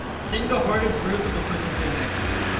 sing the hardest verse of the person sitting next to you.